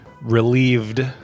relieved